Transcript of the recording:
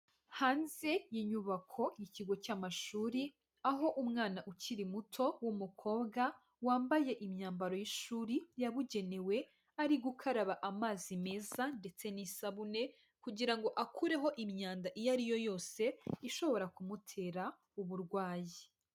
Hanze y'inyubako y'ikigo cy'amashuri, aho umwana ukiri muto w'umukobwa wambaye imyambaro y'ishuri yabugenewe, ari gukaraba amazi meza ndetse n'isabune, kugira ngo akureho imyanda iyo ari yo yose, ishobora kumutera uburwayi.